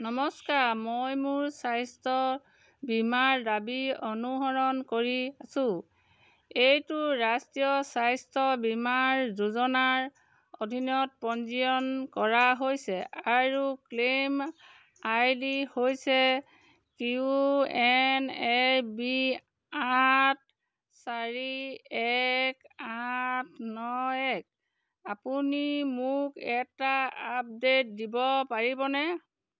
নমস্কাৰ মই মোৰ স্বাস্থ্য বীমাৰ দাবী অনুসৰণ কৰি আছোঁ এইটো ৰাষ্ট্ৰীয় স্বাস্থ্য বীমা যোজনাৰ অধীনত পঞ্জীয়ন কৰা হৈছে আৰু ক্লেইম আই ডি হৈছে কিউ এন এফ বি আঠ চাৰি এক আঠ ন এক আপুনি মোক এটা আপডে'ট দিব পাৰিবনে